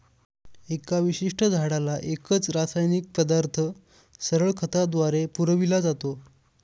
एका विशिष्ट झाडाला एकच रासायनिक पदार्थ सरळ खताद्वारे पुरविला जातो